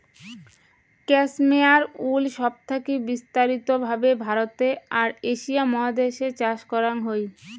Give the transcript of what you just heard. cashmere wool সব থাকি বিস্তারিত ভাবে ভারতে আর এশিয়া মহাদেশ এ চাষ করাং হই